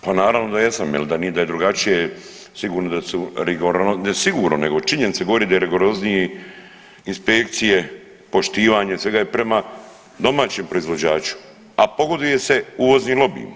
Pa naravno da jesam jel da nije, da je drugačije, sigurno da su, ne sigurno ne činjenica govori da je rigoroznije inspekcije poštivanje svega je prema domaćem proizvođaču, a pogoduje se uvoznim lobijima.